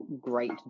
great